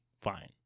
fine